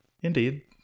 Indeed